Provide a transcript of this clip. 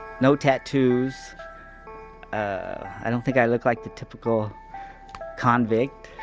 no tattoos ah, i don't think i look like the typical convict.